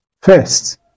first